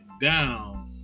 down